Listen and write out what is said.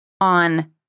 on